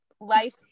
life